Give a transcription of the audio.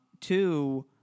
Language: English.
Two